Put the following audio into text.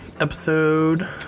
episode